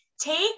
take